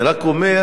אני רק אומר: